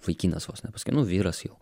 vaikinas vos nepaske nu vyras jau